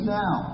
now